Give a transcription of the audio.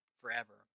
forever